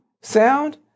sound